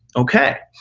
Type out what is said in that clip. okay.